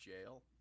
jail